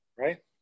Right